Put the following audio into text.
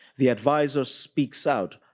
the advisor speaks out,